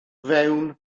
fewn